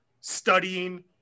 studying